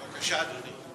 בבקשה, אדוני.